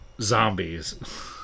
zombies